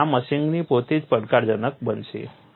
તેથી આ મશીનિંગ પોતે જ પડકારજનક બનશે